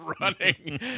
running